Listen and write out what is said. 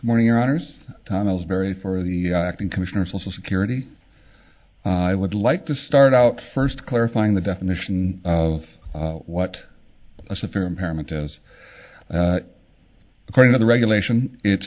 morning your honour's tunnels very for the acting commissioner social security i would like to start out first clarifying the definition of what a severe impairment as according to the regulation it's